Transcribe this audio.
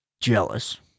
jealous